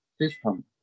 system